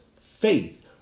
faith